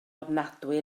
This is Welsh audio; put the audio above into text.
ofnadwy